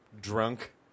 drunk